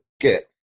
get